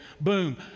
boom